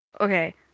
Okay